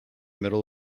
middle